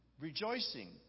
rejoicing